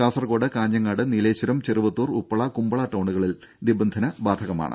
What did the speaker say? കാസർകോട് കാഞ്ഞങ്ങാട് നീലേശ്വരം ചെറുവത്തൂർ ഉപ്പള കുമ്പള ടൌണുകളിൽ നിബന്ധന ബാധകമാണ്